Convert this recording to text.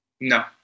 No